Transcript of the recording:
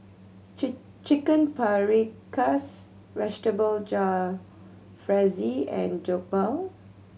Chicken Paprikas Vegetable Jalfrezi and Jokbal